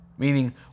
Meaning